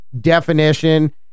definition